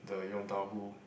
the Yong-Tau-Foo